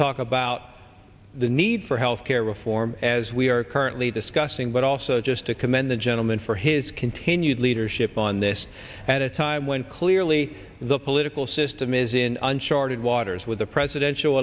talk about the need for health care reform as we are currently discussing but also just to commend the gentleman for his continued leadership on this at a time when clearly the political system is in uncharted waters with the presidential